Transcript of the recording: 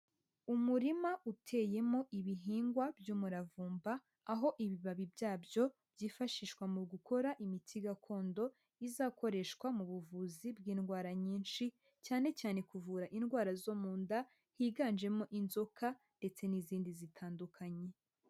Umurima uteyemo ibihingwa by'umuravumba, aho ibibabi byabyo byifashishwa mu gukora imiti gakondo izakoreshwa mu buvuzi bw'indwara nyinshi, cyane cyane kuvura indwara zo mu nda higanjemo inzoka ndetse n'izindi zitandukanye.